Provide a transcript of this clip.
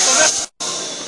זה מה שאני מתכוון לעשות.